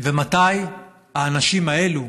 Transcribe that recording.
ומתי האנשים האלה,